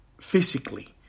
physically